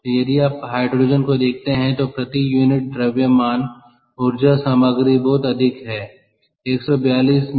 तो यदि आप हाइड्रोजन को देखते हैं तो प्रति यूनिट द्रव्यमान ऊर्जा सामग्री बहुत अधिक है 142 MJkg